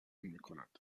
میکند